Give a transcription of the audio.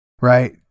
right